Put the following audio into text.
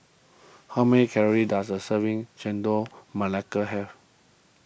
how many calories does a serving Chendol Melaka have